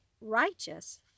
righteous